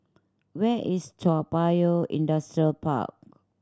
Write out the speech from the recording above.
where is Toa Payoh Industrial Park